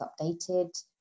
updated